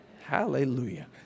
hallelujah